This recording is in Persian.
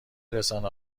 رسانه